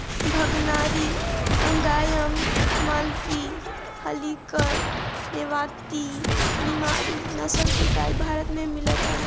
भगनारी, कंगायम, मालवी, हल्लीकर, मेवाती, निमाड़ी नसल के गाई भारत में मिलत हवे